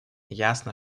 ясно